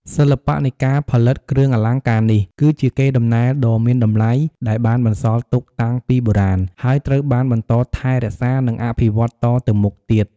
សិល្បៈនៃការផលិតគ្រឿងអលង្ការនេះ គឺជា កេរដំណែលដ៏មានតម្លៃ ដែលបានបន្សល់ទុកតាំងពីបុរាណ ហើយត្រូវបានបន្តថែរក្សា និងអភិវឌ្ឍតទៅមុខទៀត។